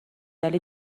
ولی